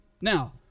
Now